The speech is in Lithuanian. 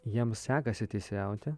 jiem sekasi teisėjauti